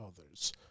others